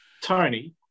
Tony